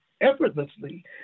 effortlessly